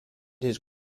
his